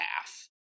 half